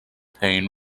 pain